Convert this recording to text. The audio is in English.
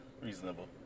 Reasonable